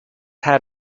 had